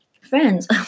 Friends